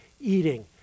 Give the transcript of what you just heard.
eating